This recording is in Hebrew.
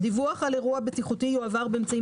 אירוע בטיחותי דיווח על אירוע בטיחותי יועבר באמצעים